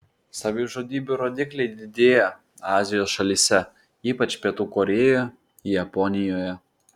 savižudybių rodikliai didėja azijos šalyse ypač pietų korėjoje japonijoje